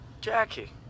Jackie